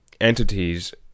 entities